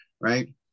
Right